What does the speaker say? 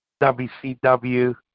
WCW